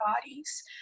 bodies